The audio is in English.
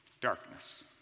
darkness